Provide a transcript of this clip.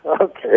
Okay